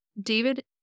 David